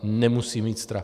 Nemusí mít strach.